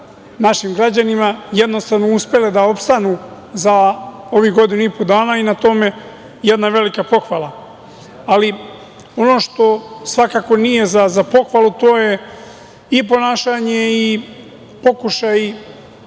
našim građanima, jednostavno uspele da opstanu za ovih godinu i po dana i na tome jedna velika pohvala. Ono što svakako nije za pohvalu to je i ponašanje i pokušaj